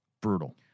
Brutal